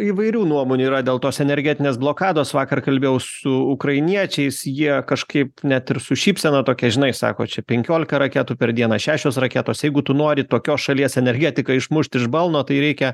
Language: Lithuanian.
įvairių nuomonių yra dėl tos energetinės blokados vakar kalbėjau su ukrainiečiais jie kažkaip net ir su šypsena tokia žinai sako čia penkiolika raketų per dieną šešios raketos jeigu tu nori tokios šalies energetiką išmušti iš balno tai reikia